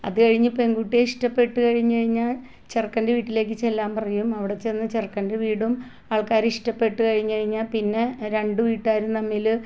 അതുകഴിഞ്ഞ് പെണ്കുട്ടിയെ ഇഷ്ടപ്പെട്ടുകഴിഞ്ഞുകഴിഞ്ഞാൽ ചെറുക്കന്റെ വീട്ടിലേക്ക് ചെല്ലാന് പറയും അവിടെച്ചെന്നു ചെറുക്കന്റെ വീടും ആള്ക്കാരെയും ഇഷ്ടപ്പെട്ടുകഴിഞ്ഞുകഴിഞ്ഞാൽ പിന്നെ രണ്ടു വീട്ടുകാരും തമ്മില്